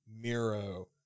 Miro